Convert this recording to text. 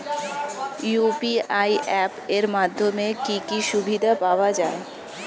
UPI app এর মাধ্যমে কি কি সুবিধা পাওয়া যায়?